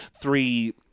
three